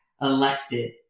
Elected